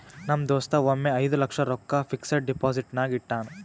ನಮ್ ದೋಸ್ತ ಒಮ್ಮೆ ಐಯ್ದ ಲಕ್ಷ ರೊಕ್ಕಾ ಫಿಕ್ಸಡ್ ಡೆಪೋಸಿಟ್ನಾಗ್ ಇಟ್ಟಾನ್